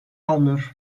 almıyor